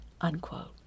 unquote